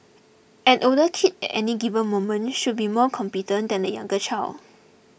an older kid any given moment should be more competent than a younger child